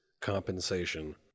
compensation